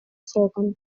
сроком